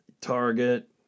Target